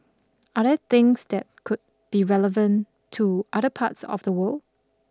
are there things that could be relevant to other parts of the world